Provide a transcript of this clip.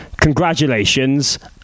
congratulations